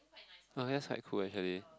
oh that's quite cool actually